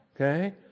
okay